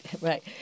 right